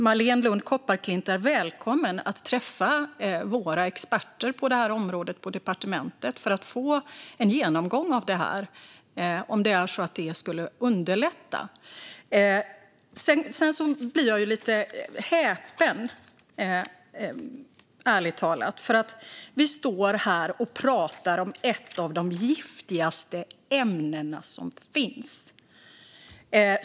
Marléne Lund Kopparklint är välkommen att träffa våra experter på det här området på departementet för att få en genomgång av detta, om det skulle underlätta. Sedan blir jag lite häpen, ärligt talat. Vi står här och pratar om ett av de giftigaste ämnen som finns.